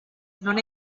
non